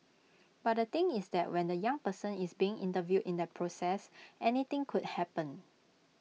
but the thing is that when the young person is being interviewed in that process anything could happen